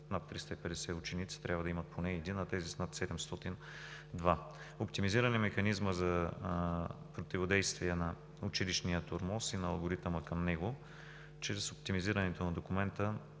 над 350 ученици трябва да имат поне един, а тези с над 700 ученици – два. Оптимизираме Механизма за противодействие на училищния тормоз и на алгоритъма към него. Чрез оптимизирането на документа